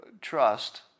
trust